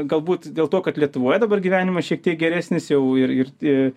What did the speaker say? galbūt dėl to kad lietuvoje dabar gyvenimas šiek tiek geresnis jau ir ir